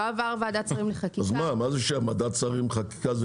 לא עבר ועדת שרים לחקיקה.